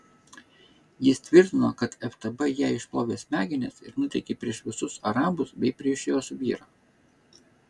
jis tvirtino kad ftb jai išplovė smegenis ir nuteikė prieš visus arabus bei prieš jos vyrą